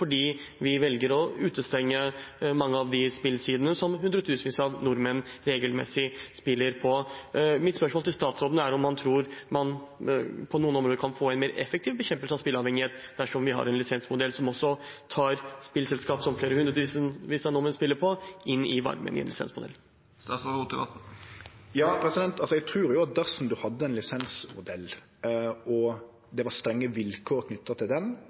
vi velger å utestenge mange av de spillsidene som hundretusenvis av nordmenn regelmessig spiller på. Mitt spørsmål til statsråden er om han tror man på noen områder kan få en mer effektiv bekjempelse av spilleavhengighet, dersom vi får en lisensmodell som også tar spillselskaper som flere hundretusen nordmenn spiller på, inn i varmen. Eg trur at dersom ein hadde ein lisensmodell og det var strenge vilkår knytte til han for nettopp å avgrense spel, reklame og andre ting, ville det